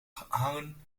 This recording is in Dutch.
hangen